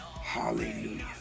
Hallelujah